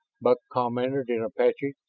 buck commented in apache.